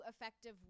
effective